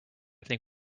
think